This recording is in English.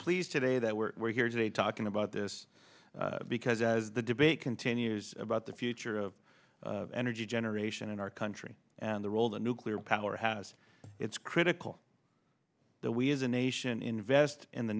pleased today that we're here today talking about this because as the debate continues about the future of energy generation in our country and the role the nuclear power has it's critical that we as a nation invest in the